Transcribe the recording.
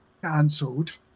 Cancelled